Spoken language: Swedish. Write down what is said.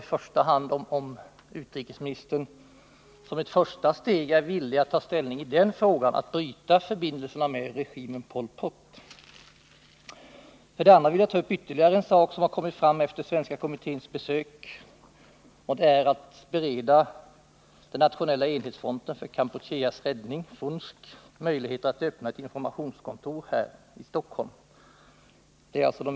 Den första är om utrikesministern är beredd att medverka till att Sverige som ett första steg bryter förbindelserna med Pol Pot. Den andra frågan avser ytterligare en sak som kommit fram efter den svenska kommitténs besök. Det gäller frågan om att bereda den nationella enhetsfronten för Kampucheas ställning, FUNSK, möjlighet att öppna ett informationskontor här i Stockholm.